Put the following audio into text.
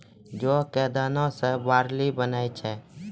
जौ कॅ दाना सॅ बार्ली बनै छै